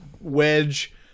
wedge